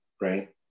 right